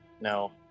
No